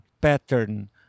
pattern